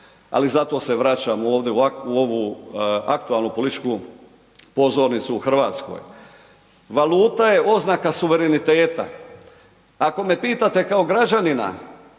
Ali zato se vraćam ovdje u ovu aktualnu političku pozornicu u Hrvatskoj. Valuta je oznaka suvereniteta. Ako me pitate kao građanina